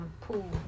pool